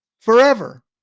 forever